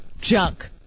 junk